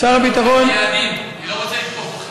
אני לא רוצה לתקוף אותך,